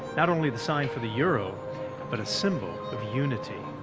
not only the sign for the euro but a symbol of unity.